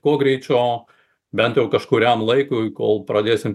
kuo greičiau bent jau kažkuriam laikui kol pradėsim